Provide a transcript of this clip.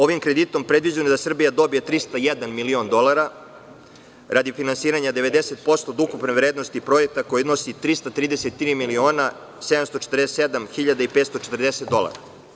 Ovim kreditom predviđeno je da Srbija dobije 301.000.000 dolara radi finansiranja 90% od ukupne vrednosti projekta koji iznosi 333.747.540 dolara.